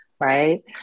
right